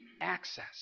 Access